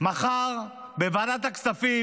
מחר בוועדת הכספים,